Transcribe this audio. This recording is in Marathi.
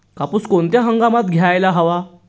कापूस कोणत्या हंगामात घ्यायला हवा?